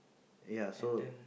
ya so